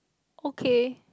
okay